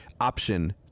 option